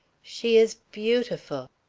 she is beautiful.